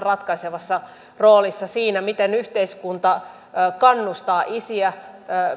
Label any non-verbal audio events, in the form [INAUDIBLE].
[UNINTELLIGIBLE] ratkaisevassa roolissa siinä miten yhteiskunta kannustaa isiä